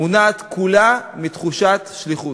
מונעת כולה מתחושת שליחות.